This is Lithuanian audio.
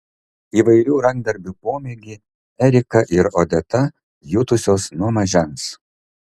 įvairių rankdarbių pomėgį erika ir odeta jutusios nuo mažens